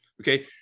okay